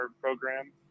program